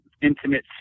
intimate